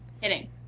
Hitting